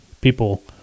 people